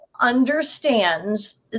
understands